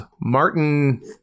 Martin